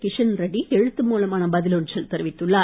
கிஷன் ரெட்டி எழுத்து மூலமான பதில் ஒன்றில் தெரிவித்தார்